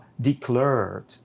declared